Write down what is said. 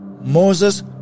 Moses